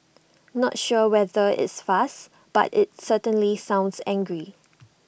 not sure whether it's fast but IT certainly sounds angry